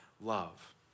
love